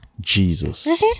Jesus